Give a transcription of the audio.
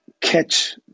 catch